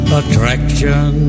attraction